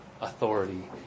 authority